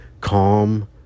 calm